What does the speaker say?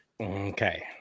Okay